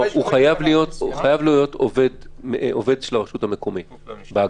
הוא חייב להיות עובד של הרשות המקומית בהגדרה.